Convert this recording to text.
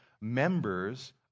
members